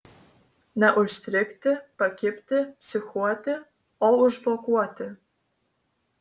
ne užstrigti pakibti psichuoti o užblokuoti